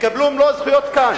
יקבלו מלוא הזכויות כאן.